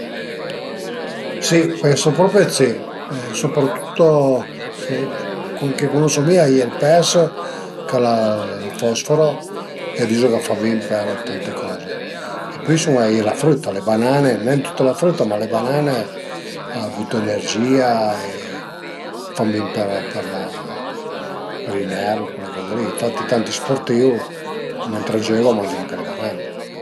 Si pensu propi dë si, soprattutto che cunosu mi a ie ël pes ch'al a ël fosforo e a dizu ch'a fa bin per tante coze e pöi a ie la früta, le banane, a m'ven, tüta la früta, ma le banane a bütu energìa e a fan bin per i nerv, per cule coze li, infatti tanti spurtìu mentre a giögu a mangiu anche le banane